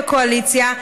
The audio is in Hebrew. בקואליציה,